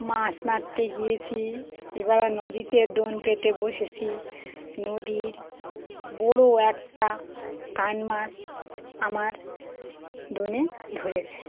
মাস মারতে গিয়েছি এবার নদীতে দোন পেতে বসেছি নদীর বড়ো একটা কানমাস আমার দোনে ধরেছে